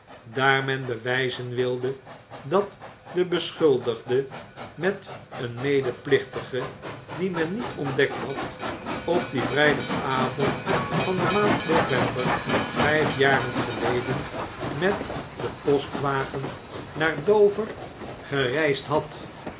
daar men bewjjzen wilde dat de beschuldigde met een medeplichtige dien men niet ontdekt had op dien vrijdagavond van de maand november vijf jaren geleden met den postwagen naar dover gereisd had